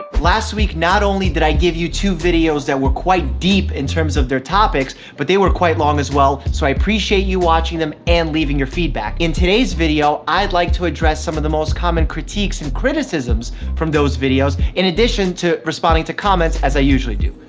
ah last week, not only did i give you two videos that were quite deep in terms of their topics, but they were quite long as well. so i appreciate you watching them, and leaving your feedback. in today's video, i'd like to address some of the most common critiques and criticisms from those videos, in addition to responding to comments as i usually do.